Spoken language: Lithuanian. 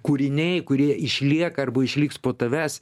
kūriniai kurie išlieka arba išliks po tavęs